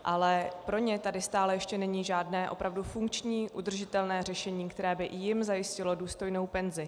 Ale pro ně tady stále ještě není žádné opravdu funkční udržitelné řešení, které by jim zajistilo důstojnou penzi.